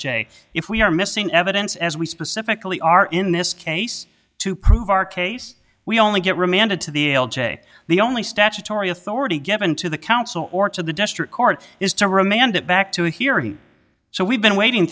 jake if we are missing evidence as we specifically are in this case to prove our case we only get remanded to the l j the only statutory authority given to the council or to the district court is to remand it back to a hearing so we've been waiting